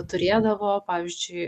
turėdavo pavyzdžiui